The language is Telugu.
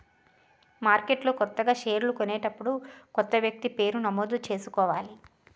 మార్కెట్లో కొత్తగా షేర్లు కొనేటప్పుడు కొత్త వ్యక్తి పేరు నమోదు చేసుకోవాలి